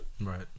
Right